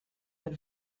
been